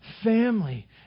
family